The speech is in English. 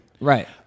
Right